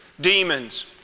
demons